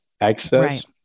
access